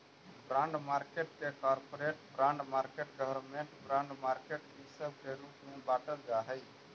bond market के corporate bond market government bond market इ सब के रूप में बाटल जा हई